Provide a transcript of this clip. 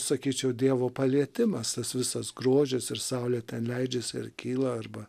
sakyčiau dievo palietimas tas visas grožis ir saulė ten leidžiasi ar kyla arba